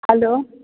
hello